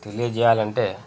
తెలియజేయాలంటే